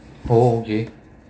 oh okay